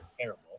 terrible